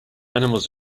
animals